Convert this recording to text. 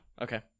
Okay